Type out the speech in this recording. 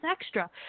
extra